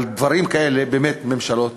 על דברים כאלה באמת ממשלות